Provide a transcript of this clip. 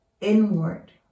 inward